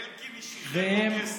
אלקין אישית, חבר הכנסת אלקין ואורבך.